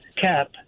cap